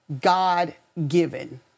God-given